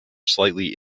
slightly